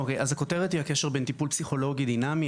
הכותרת היא הקשר בין טיפול פסיכולוגי דינמי.